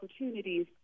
opportunities